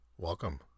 Welcome